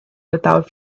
without